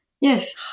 yes